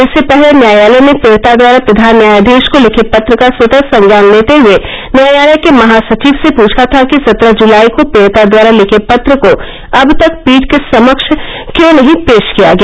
इससे पहले न्यायालय ने पीडिता द्वारा प्रधान न्यायाधीश को लिखे पत्र का स्वतः संज्ञान लेते हुए न्यायालय के महासचिव से पूछा था कि सत्रह जुलाई को पीड़िता द्वारा लिखे पत्र को अब तक पीठ के समक्ष क्यों नहीं पेश किया गया